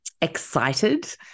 excited